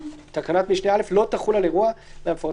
תקנת משנה (א) לא תחול על אירוע מהמפורטים